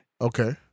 Okay